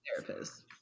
therapist